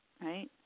right